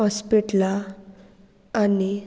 हॉस्पिटलां आनी